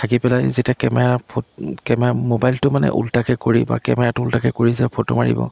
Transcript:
থাকি পেলাই যেতিয়া কেমেৰাৰ ফট কেমেৰাৰ ম'বাইলটো মানে ওলোটাকৈ কৰি বা কেমেৰাটো ওলোটাকৈ কৰি যে ফটো মাৰিব